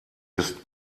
ist